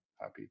happy